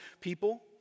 people